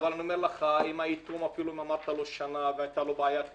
אם אמרת לו שנה והיתה לו בעיית איטום,